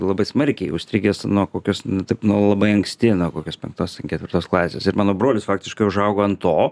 labai smarkiai užstrigęs nuo kokios taip nuo labai anksti nuo kokios penktos ten ketvirtos klasės ir mano brolis faktiškai užaugo ant to